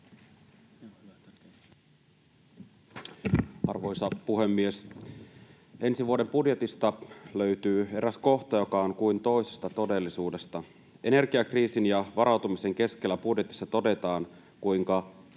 Arvoisa puhemies! Ensi vuoden budjetista löytyy eräs kohta, joka on kuin toisesta todellisuudesta. Energiakriisin ja varautumisen keskellä budjetissa todetaan, kuinka